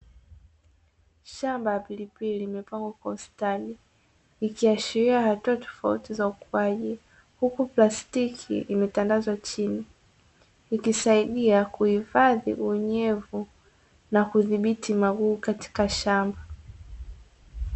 Shamba la pilipili limepangwa kwa ustadi likiashiria hatua tofauti za ukuaji, huku plastiki imetandazwa chini ikisaidia kuhifadhi unyevu na kudhibiti magugu katika shamba.